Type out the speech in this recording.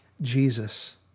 Jesus